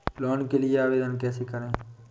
Loan के लिए आवेदन कैसे करें?